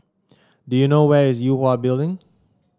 do you know where is Yue Hwa Building